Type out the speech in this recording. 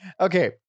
Okay